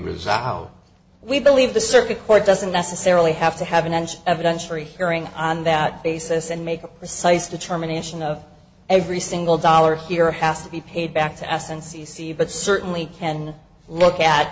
resolved we believe the circuit court doesn't necessarily have to have an end evidentiary hearing on that basis and make a precise determination of every single dollar here has to be paid back to us and c c but certainly can look at